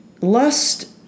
Lust